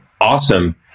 awesome